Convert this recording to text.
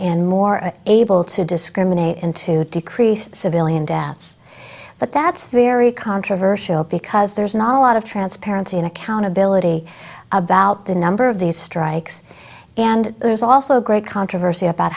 and more able to discriminate and to decrease civilian deaths but that's very controversial because there's not a lot of transparency and accountability about the number of these strikes and there's also great controversy about